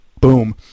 Boom